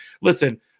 Listen